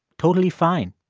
totally fine,